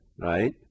right